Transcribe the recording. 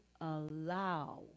allow